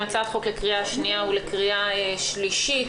הצעת חוק לקריאה שנייה ולקריאה שלישית.